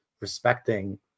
respecting